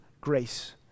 grace